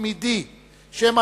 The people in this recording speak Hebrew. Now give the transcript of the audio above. דמוקרטיה שבה